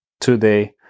today